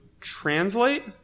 translate